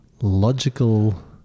logical